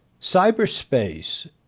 cyberspace